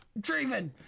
Draven